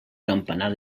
campanar